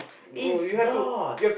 it's not